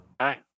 Hi